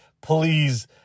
please